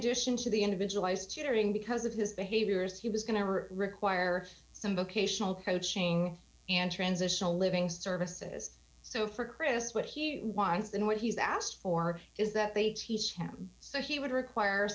addition to the individualized tutoring because of his behavior is he was going to require some vocational coaching and transitional living services so for chris what he wants than what he's asked for is that they teach him so he would require